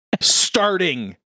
starting